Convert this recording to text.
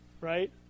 right